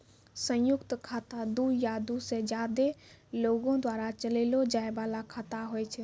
संयुक्त खाता दु या दु से ज्यादे लोगो द्वारा चलैलो जाय बाला खाता होय छै